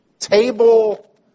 table